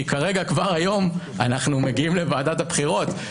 כי כרגע כבר היום אנחנו מגיעים לוועדת הבחירות,